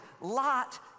Lot